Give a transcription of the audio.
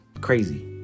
Crazy